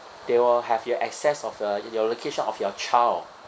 they will have your access of uh your location of your child